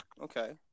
Okay